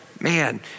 Man